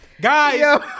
guys